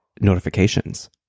notifications